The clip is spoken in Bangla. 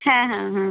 হ্যাঁ হ্যাঁ হ্যাঁ